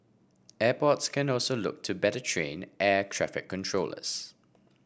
airports can also look to better train air traffic controllers